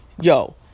yo